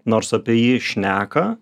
nors apie jį šneka